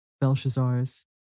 Belshazzar's